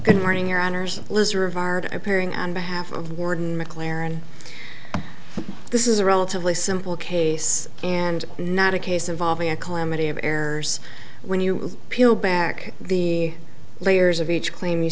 morning your honour's loser of art appearing on behalf of warden mclaren this is a relatively simple case and not a case involving a calamity of errors when you peel back the layers of each claim you